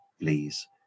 please